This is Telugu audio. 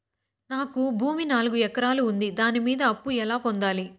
నాకు భూమి నాలుగు ఎకరాలు ఉంది దాని మీద అప్పు ఎలా పొందాలి?